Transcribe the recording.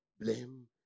blame